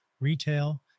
retail